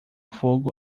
fogo